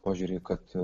požiūrį kad